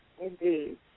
indeed